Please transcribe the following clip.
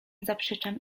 zaprzeczam